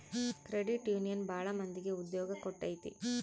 credit union ಭಾಳ ಮಂದಿಗೆ ಉದ್ಯೋಗ ಕೊಟ್ಟೈತಿ